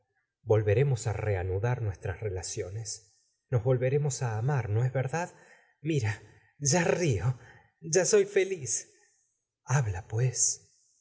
volveremos á reanudar nuestras relaciones nos volveremos á amar no es verdad mira ya río ya soy feliz habla pues